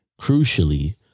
Crucially